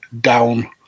down